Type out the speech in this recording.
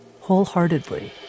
wholeheartedly